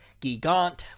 Gigant